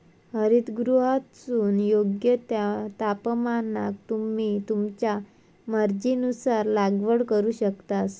हरितगृहातसून योग्य त्या तापमानाक तुम्ही तुमच्या मर्जीनुसार लागवड करू शकतास